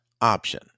option